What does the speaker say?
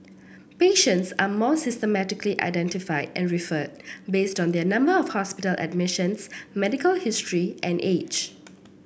patients are more systematically identified and referred based on their number of hospital admissions medical history and age